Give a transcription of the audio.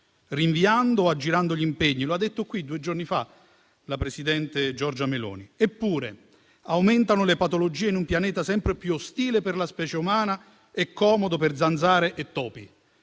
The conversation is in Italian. rinviando o aggirando gli impegni. Lo ha detto qui due giorni fa la presidente Giorgia Meloni. Eppure, aumentano le patologie in un pianeta sempre più ostile per la specie umana e, invece, più comodo per zanzare e topi;